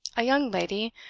a young lady,